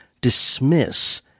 dismiss